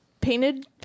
painted